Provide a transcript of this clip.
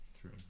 True